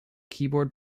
keyboard